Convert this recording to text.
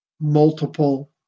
multiple